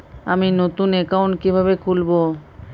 আমি নতুন অ্যাকাউন্ট কিভাবে খুলব?